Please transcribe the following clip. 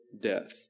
death